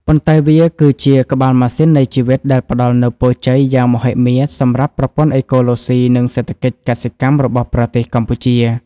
ប៉ុន្តែវាគឺជា ក្បាលម៉ាស៊ីននៃជីវិត ដែលផ្តល់នូវពរជ័យយ៉ាងមហិមាសម្រាប់ប្រព័ន្ធអេកូឡូស៊ី និងសេដ្ឋកិច្ចកសិកម្មរបស់ប្រទេសកម្ពុជា។